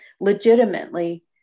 legitimately